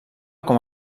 com